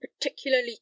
particularly